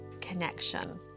connection